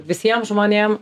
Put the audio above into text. visiem žmonėm